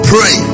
Pray